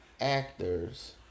actors